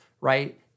right